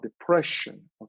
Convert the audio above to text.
depression